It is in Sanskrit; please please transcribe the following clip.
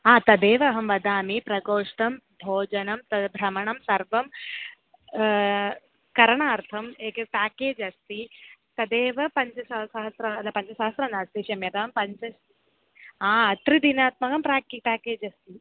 हा तदेव अहं वदामि प्रकोष्टं भोजनं तद् भ्रमणं सर्वं करणार्थम् एक पेकेज् अस्ति तदेव पञ्च सहस्रं पञ्चसहस्रं नास्ति क्षम्यतां पञ्च अत्र दिनात्मकं पेक् पेकेज् अस्ति